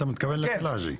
אתה מתכוון לקלעג'י?